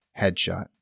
Headshot